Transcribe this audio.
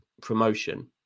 promotion